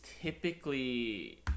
typically